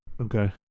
Okay